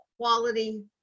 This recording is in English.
quality